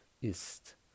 ist